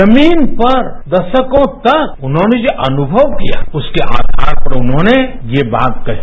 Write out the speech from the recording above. जमीन पर दशकों तक उन्होंने जो अनुथव किया उसके आधार पर उन्होंने ये बात कही